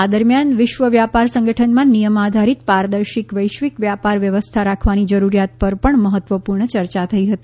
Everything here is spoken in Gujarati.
આ દરમિયાન વિશ્વ વ્યાપાર સંગઠનમાં નિયમ આધારિત પારદર્શી વૈશ્વિક વ્યાપાર વ્યવસ્થા રાખવાની જરૂરિયાત પર પણ મહત્વપૂર્ણ ચર્ચા થઇ હતી